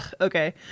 Okay